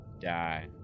Die